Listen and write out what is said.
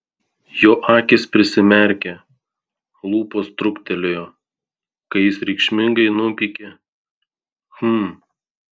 jo akys prisimerkė lūpos truktelėjo kai jis reikšmingai numykė hm